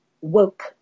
woke